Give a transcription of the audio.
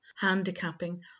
handicapping